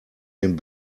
den